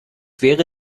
wäre